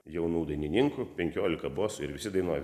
jaunų dainininkų penkiolika bosų ir visi dainuoja